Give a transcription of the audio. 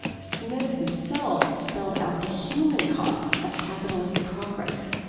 smith himself spelled out the human cost of capitalist progress.